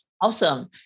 Awesome